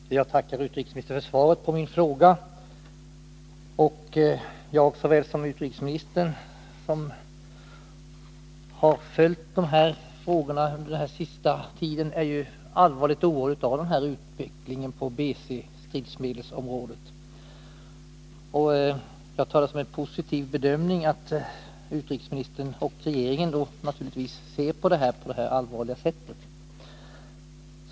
Herr talman! Jag tackar utrikesminstern för svaret på min fråga. Såväl jag som utrikesministern, som har följt den här frågan under den senaste tiden, är allvarligt oroade över denna utveckling på BC-stridsmedelsområdet. Jag bedömer det som positivt att utrikesministern, och naturligtvis också regeringen, ser så allvarligt på denna fråga.